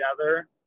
together